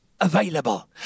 available